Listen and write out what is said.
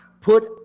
Put